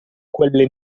quelle